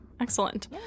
Excellent